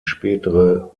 spätere